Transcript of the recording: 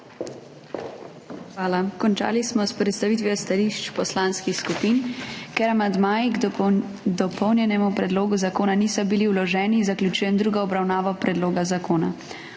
Hvala. Končali smo s predstavitvijo stališč poslanskih skupin. Ker amandmaji k dopolnjenemu predlogu zakona niso bili vloženi, zaključujem drugo obravnavo predloga zakona.